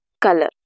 color